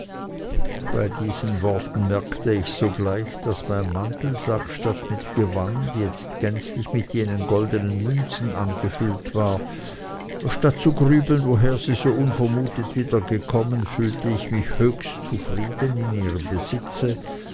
bei diesen worten merkte ich sogleich daß mein mantelsack statt mit gewand jetzt gänzlich mit jenen goldenen münzen angefüllt war statt zu grübeln woher sie so unvermutet wiedergekommen fühlte ich mich höchst zufrieden in ihrem besitze